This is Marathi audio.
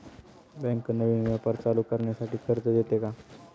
बँक नवीन व्यापार चालू करण्यासाठी कर्ज देते का?